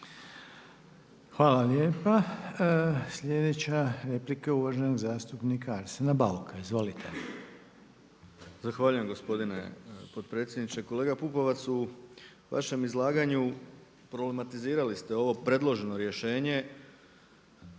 Hvala lijepa. Sljedeća replika je uvaženog zastupnika Arsena Bauka. Izvolite. **Bauk, Arsen (SDP)** Zahvaljujem gospodine potpredsjedniče. Kolega Pupovac u vašem izlaganju problematizirali ste ovo predloženo rješenje